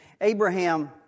Abraham